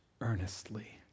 earnestly